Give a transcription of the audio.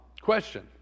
Question